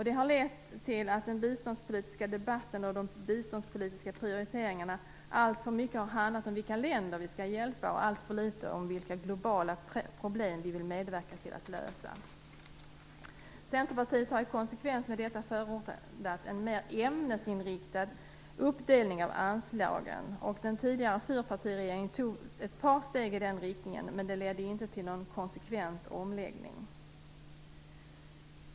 Det har lett till att den biståndspolitiska debatten och de biståndspolitiska prioriteringarna alltför mycket har handlat om vilka länder vi skall hjälpa, och allt för litet om vilka globala problem vi vill medverka till att lösa. Centerpartiet har i konsekvens med detta förordat en mera ämnesinriktad uppdelning av anslagen. Den tidigare fyrpartiregeringen tog ett par steg i den riktningen, men det ledde inte till någon konsekvent omläggning.